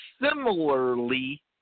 similarly